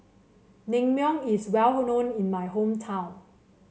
naengmyeon is well known in my hometown